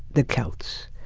the celts.